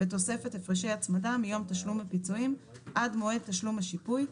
בתוספת הפרשי הצמדה מיום תשלום הפיצויים עד מועד תשלום השיפוי,